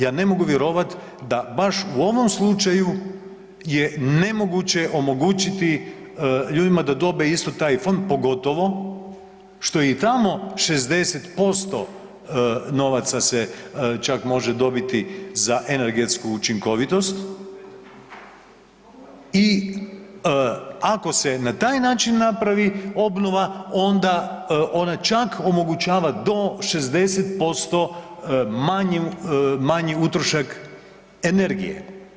Ja ne mogu vjerovati da baš u ovom slučaju je nemoguće omogućiti ljudima da dobe isto taj fond, pogotovo što je i tamo 60% novaca se čak može dobiti za energetsku učinkovitost i ako se na taj način napravi obnova, onda ona čak omogućava do 60% manji utrošak energije.